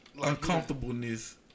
uncomfortableness